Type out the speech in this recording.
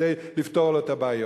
כדי לפתור לו את הבעיות.